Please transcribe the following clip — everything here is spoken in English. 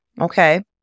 Okay